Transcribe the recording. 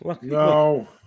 No